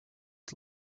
his